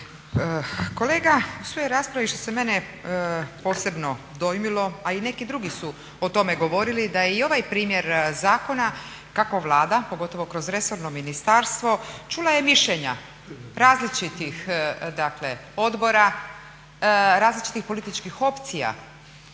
Kolega u svojoj raspravi što se mene posebno dojmilo, a i neki drugi su o tome govorili, da je i ovaj primjer zakona kako Vlada pogotovo kroz resorno ministarstvo čula je mišljenja različitih odbora, različitih političkih opcija